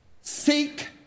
seek